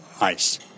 ice